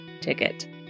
ticket